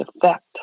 effect